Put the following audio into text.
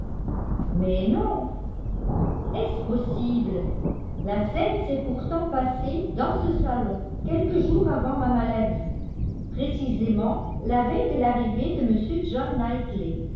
mais non est-ce possible la scène s'est pourtant passée dans ce salon quelques jours avant ma maladie précisément la veille de l'arrivée de m john